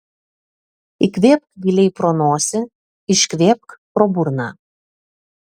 įkvėpk giliai pro nosį iškvėpk pro burną